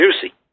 juicy